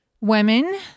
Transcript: women